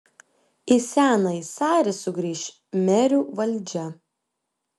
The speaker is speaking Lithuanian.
į senąjį sarį sugrįš merių valdžia